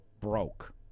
broke